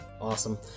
Awesome